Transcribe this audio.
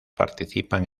participan